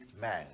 man